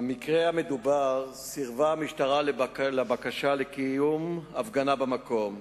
במקרה המדובר סירבה המשטרה לבקשה לקיים הפגנה במקום,